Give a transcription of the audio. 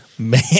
Man